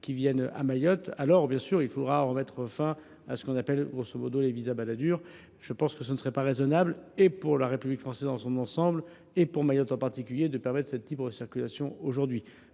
qui viennent à Mayotte, alors, bien sûr, il faudra mettre fin à ce qui est appelé le visa Balladur. Mais il ne serait pas raisonnable pour la République française dans son ensemble et pour Mayotte en particulier de permettre cette libre circulation aujourd’hui.